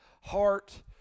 heart